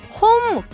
home